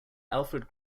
alfred